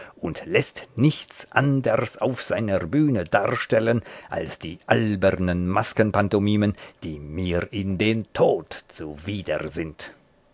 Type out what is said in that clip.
und läßt nichts anders auf seiner bühne darstellen als die albernen maskenpantomimen die mir in den tod zuwider sind